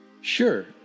Sure